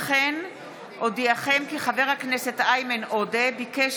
כמו כן אודיעכם כי חבר הכנסת איימן עודה ביקש